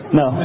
no